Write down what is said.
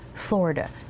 Florida